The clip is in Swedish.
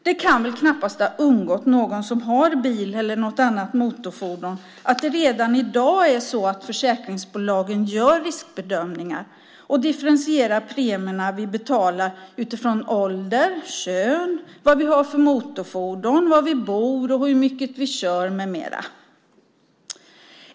Det kan väl knappast ha undgått någon som har bil eller något annat motorfordon att det redan i dag är så att försäkringsbolagen gör riskbedömningar och differentierar premierna vi betalar utifrån ålder, kön, vad vi har för motorfordon, var vi bor, hur mycket vi kör med mera.